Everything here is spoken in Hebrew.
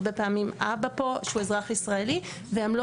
הרבה פעמים אבא פה שהוא אזרח ישראלי והן לא